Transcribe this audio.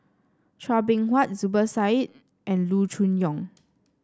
Chua Beng Huat Zubir Said and Loo Choon Yong